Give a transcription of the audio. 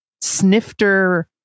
snifter